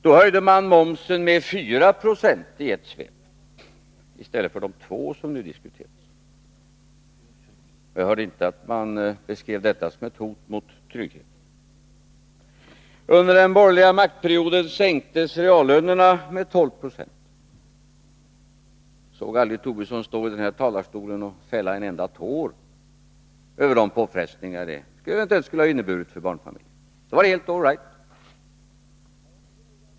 Då höjde man momsen med 4 9o i ett svep i stället för de2 90 som nu diskuteras. Jag hörde inte att man beskrev det som ett hot mot tryggheten. Under den borgerliga maktperioden sänktes reallönerna med 12 90. Jag såg aldrig Lars Tobisson stå i denna talarstol och fälla en enda tår över de påfrestningar som det eventuellt skulle ha inneburit för barnfamiljerna. Då var det helt all right.